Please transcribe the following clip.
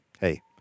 hey